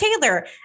Taylor